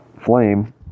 flame